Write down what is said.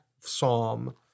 psalm